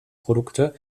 produkte